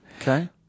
Okay